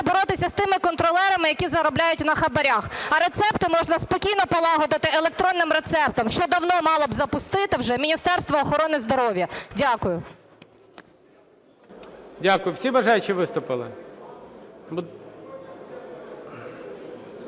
боротися з тими контролерами, які заробляють на хабарах. А рецепти можна спокійно полагодити електронним рецептом, що давно мало б запустити вже Міністерство охорони здоров'я. Дякую. ГОЛОВУЮЧИЙ. Дякую. Всі бажаючі виступили?